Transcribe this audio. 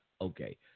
Okay